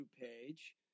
page